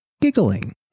giggling